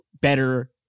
better